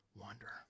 wonder